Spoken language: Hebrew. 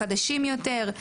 חדשים יותר,